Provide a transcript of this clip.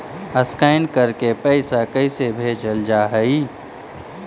Scan करके पैसा कैसे भेजल जा हइ?